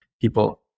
people